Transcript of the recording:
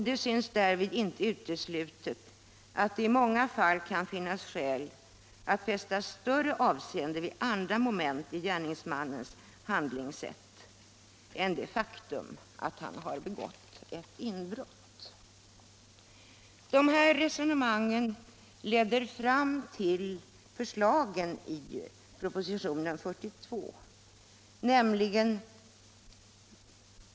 Det synes därvid inte uteslutet att det i många fall kan finnas skäl att fästa större avseende vid andra moment i gärningsmannens handlingssätt än det faktum att han har begått ett inbrott. De här resonemangen leder fram till förslagen i propositionen 42.